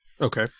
Okay